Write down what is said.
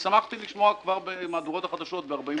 שמחתי לשמוע כבר במהדורות החדשות ב-48